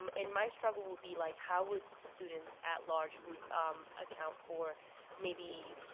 um and my struggle would be like how would students at large would account for maybe